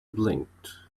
blinked